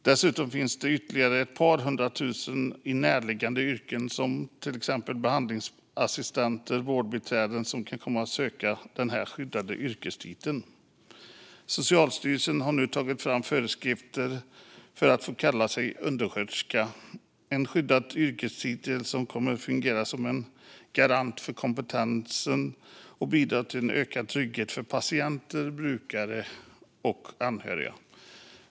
Dessutom finns ytterligare ett par hundratusen personer i närliggande yrken, till exempel behandlingsassistenter och vårdbiträden, som kan komma att söka den skyddade yrkestiteln. Socialstyrelsen har nu tagit fram föreskrifter för när man ska få kalla sig undersköterska. En skyddad yrkestitel kommer att fungera som en garant för kompetensen och bidra till en ökad trygghet för patienter, brukare och anhöriga.